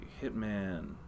Hitman